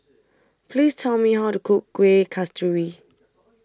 Please Tell Me How to Cook Kuih Kasturi